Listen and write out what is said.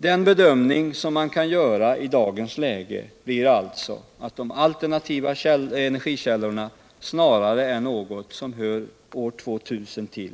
Den bedömning som man kan göra i dagens läge blir alltså att de alternativa energikällorna snarare är något som hör år 2000 till